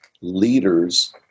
leaders